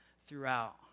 throughout